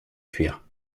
cuire